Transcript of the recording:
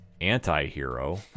anti-hero